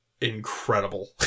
incredible